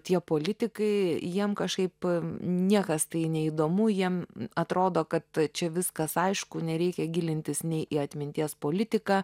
tie politikai jiem kažkaip niekas tai neįdomu jiem atrodo kad čia viskas aišku nereikia gilintis nei į atminties politiką